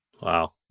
Wow